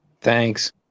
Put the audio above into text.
thanks